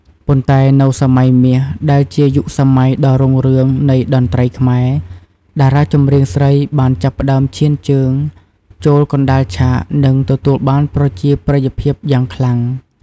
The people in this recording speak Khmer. ប៉ុន្តែនៅ សម័យមាស ដែលជាយុគសម័យដ៏រុងរឿងនៃតន្ត្រីខ្មែរ តារាចម្រៀងស្រីបានចាប់ផ្ដើមឈានជើងចូលកណ្ដាលឆាក និងទទួលបានប្រជាប្រិយភាពយ៉ាងខ្លាំង។